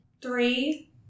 three